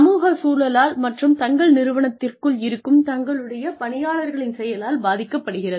சமூகச் சூழலால் மற்றும் தங்கள் நிறுவனத்திற்குள் இருக்கும் தங்களுடைய பணியாளர்களின் செயலால் பாதிக்கப்படுகிறது